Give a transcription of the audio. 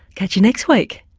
catch you next week.